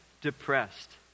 depressed